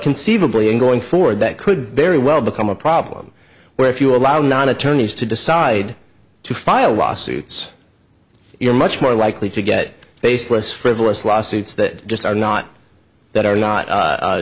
conceivably in going forward that could very well become a problem where if you allow non attorneys to decide to file lawsuits you're much more likely to get baseless frivolous lawsuits that just are not that are not